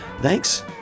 Thanks